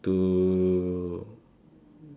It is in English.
uh